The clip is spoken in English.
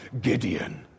Gideon